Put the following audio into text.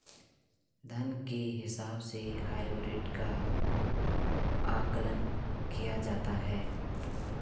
धन के हिसाब से हाइब्रिड का आकलन किया जाता है